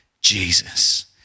Jesus